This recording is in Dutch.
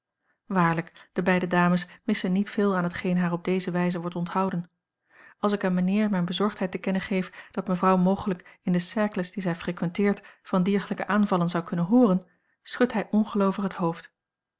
waarlijk de beide dames missen niet veel aan hetgeen haar op deze wijze wordt onthouden als ik aan mijnheer mijne bezorgdheid te kennen geef dat mevrouw mogelijk in de cercles die zij frequenteert van diergelijke aanvallen zou kunnen hooren schudt hij ongeloovig het hoofd